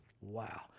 Wow